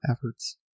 efforts